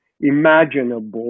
imaginable